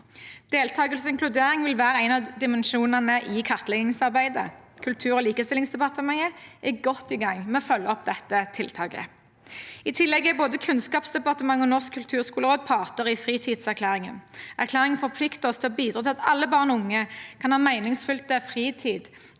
Deltakelse og inkludering vil være en av dimensjonene i kartleggingsarbeidet. Kulturog likestillingsdepartementet er godt i gang med å følge opp dette tiltaket. I tillegg er både Kunnskapsdepartementet og Norsk kulturskoleråd parter i fritidserklæringen. Erklæringen forplikter oss til å bidra til at alle barn og unge kan ha meningsfylt fritid